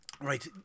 Right